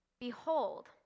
behold